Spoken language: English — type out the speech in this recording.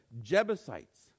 Jebusites